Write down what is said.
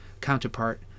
counterpart